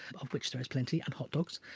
of which there is plenty and hot dogs.